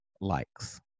likes